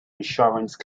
insurance